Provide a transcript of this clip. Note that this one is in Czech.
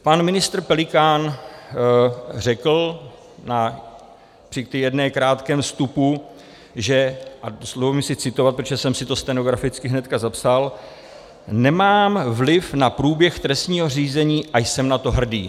Pan ministr Pelikán řekl při tom jednom krátkém vstupu, že a dovolím si citovat, protože jsem si to stenograficky hned zapsal: nemám vliv na průběh trestního řízení a jsem na to hrdý.